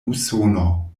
usono